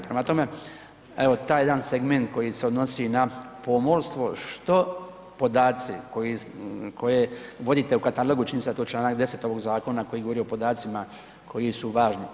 Prema tome, evo taj jedan segment koji se odnosi na pomorstvo, što podaci koje vodite u katalogu, čini mi se da je to članak 10. ovog zakona koji govori o podacima koji su važni.